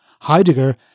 Heidegger